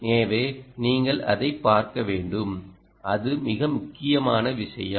எனவே நீங்கள் அதைப் பார்க்க வேண்டும் அது மிக முக்கியமான விஷயம்